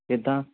ਕਿੱਦਾਂ